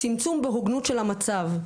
צמצום והוגנות של המצב.